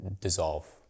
dissolve